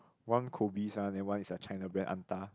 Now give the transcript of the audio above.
one Kobe's one then one is a China brand Anta